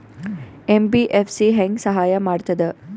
MBFC ಹೆಂಗ್ ಸಹಾಯ ಮಾಡ್ತದ?